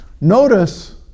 Notice